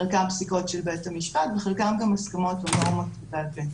חלקם פסיקות של בית המשפט וחלקם גם הסכמות או נורמות בעל-פה.